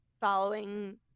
following